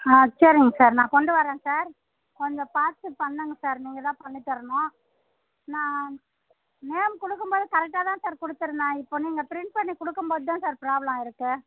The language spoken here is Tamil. ஆ சரிங்க சார் நான் கொண்டு வரேன் சார் கொஞ்சம் பார்த்து பண்ணுங்கள் சார் நீங்கள் தான் பண்ணி தரணும் நான் நேம் கொடுக்கும் போது கரெக்ட்டாக தான் சார் கொடுத்துருந்தேன் இப்போ நீங்கள் ப்ரிண்ட் பண்ணி கொடுக்கும் போது தான் சார் ப்ராப்ளம் ஆயிருக்கு